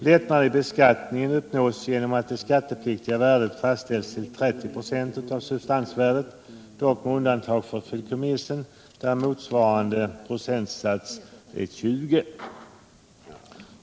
Lättnaderna i beskattningen uppnås genom att det skattepliktiga värdet fastställs till 30 96 av substansvärdet, dock med undantag för fideikommissen, där motsvarande procentsats är 20.